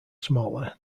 smaller